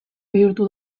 bihurtu